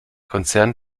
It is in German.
konzern